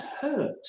hurt